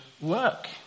work